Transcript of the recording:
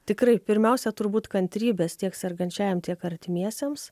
tikrai pirmiausia turbūt kantrybės tiek sergančiajam tiek artimiesiems